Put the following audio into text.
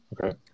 Okay